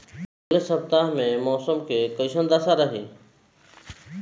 अलगे सपतआह में मौसम के कइसन दशा रही?